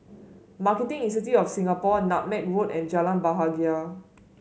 Marketing Institute of Singapore Nutmeg Road and Jalan Bahagia